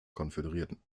konföderierten